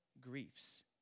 griefs